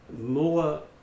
more